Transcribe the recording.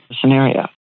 scenario